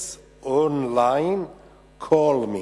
Sex Online Call me